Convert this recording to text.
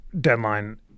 deadline